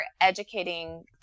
educating